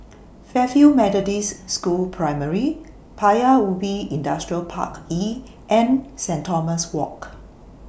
Fairfield Methodist School Primary Paya Ubi Industrial Park E and Saint Thomas Walk